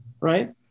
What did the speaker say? right